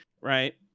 right